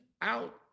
out